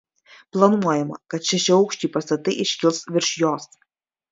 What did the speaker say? planuojama kad šešiaaukščiai pastatai iškils virš jos